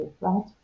right